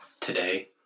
today